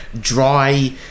dry